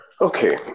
okay